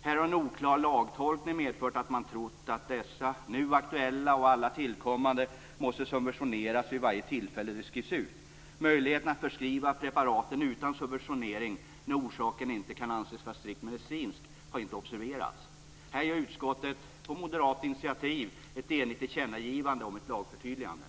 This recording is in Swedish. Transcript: Här har en oklar lagtolkning medfört att man trott att dessa nu aktuella och alla tillkommande måste subventioneras vid varje tillfälle de skrivs ut. Möjligheten att förskriva preparaten utan subventionering när orsaken inte kan anses vara strikt medicinsk har inte observerats. Här gör utskottet på moderat initiativ ett enigt tillkännagivande om ett lagförtydligande.